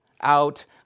out